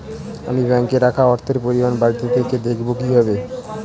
আমি ব্যাঙ্কে রাখা অর্থের পরিমাণ বাড়িতে থেকে দেখব কীভাবে?